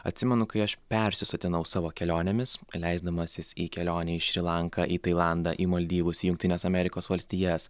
atsimenu kai aš persisotinau savo kelionėmis leisdamasis į kelionę į šri lanką į tailandą į maldyvus jungtines amerikos valstijas